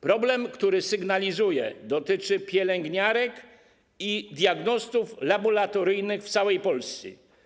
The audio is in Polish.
Problem, który sygnalizuję, dotyczy pielęgniarek i diagnostów laboratoryjnych w całej Polsce.